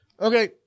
Okay